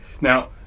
Now